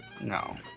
No